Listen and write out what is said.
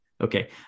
Okay